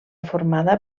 formada